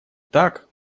так